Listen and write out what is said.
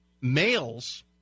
males